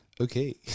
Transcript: Okay